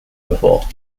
before